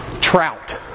Trout